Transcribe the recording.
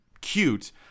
cute